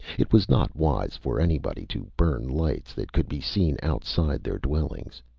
it was not wise for anybody to burn lights that could be seen outside their dwellings.